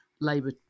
Labour